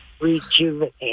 rejuvenate